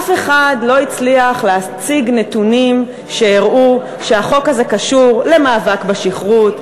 אף אחד לא הצליח להציג נתונים שהראו שהחוק הזה קשור למאבק בשכרות,